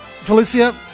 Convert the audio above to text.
Felicia